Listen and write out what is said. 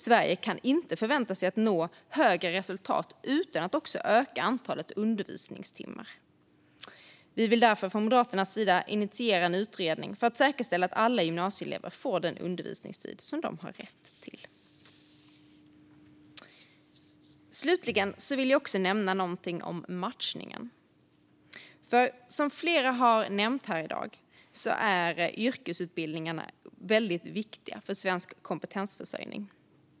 Sverige kan inte förvänta sig att nå högre resultat utan att öka antalet undervisningstimmar. Vi vill därför från Moderaternas sida initiera en utredning för att säkerställa att alla gymnasieelever får den undervisningstid de har rätt till. Slutligen vill jag också nämna något om matchningen. Som flera har nämnt här i dag är yrkesutbildningarna väldigt viktiga för svensk kompetensförsörjning.